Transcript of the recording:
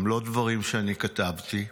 הם לא דברים שאני כתבתי.